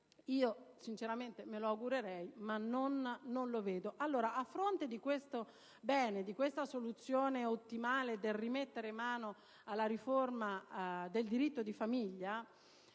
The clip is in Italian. Sinceramente me lo augurerei, ma non lo vedo possibile. Allora, a fronte di questo bene, di questa soluzione ottimale del rimettere mano alla riforma del diritto di famiglia,